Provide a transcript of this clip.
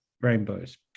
rainbows